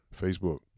Facebook